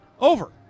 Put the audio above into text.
Over